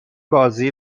بازی